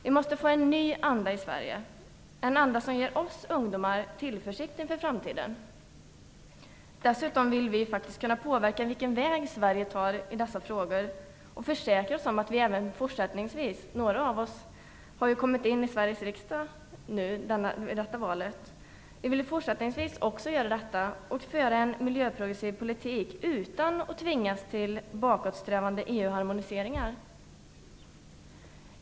Vi måste få en ny anda i Sverige - en anda som ger oss ungdomar tillförsikt inför framtiden. Dessutom vill vi kunna påverka vilken väg Sverige tar i dessa frågor och försäkra oss om att vi även fortsättningsvis kan ta plats i Sveriges riksdag - några ungdomar har redan kommit in i riksdagen - och föra en miljöprogressiv politik, utan att vi tvingas till bakåtsträvande EU-harmoniseringar.